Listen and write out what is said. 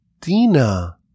Dina